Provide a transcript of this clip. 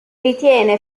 ritiene